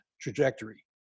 trajectory